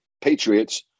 Patriots